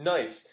Nice